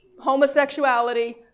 homosexuality